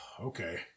Okay